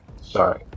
Sorry